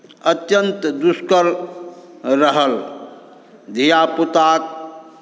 अत्यन्त दुष्कर रहल धियापुताक